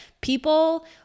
people